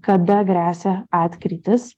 kada gresia atkrytis